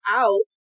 out